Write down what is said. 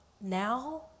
now